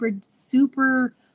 super